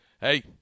Hey